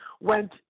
went